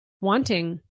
wanting